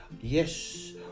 Yes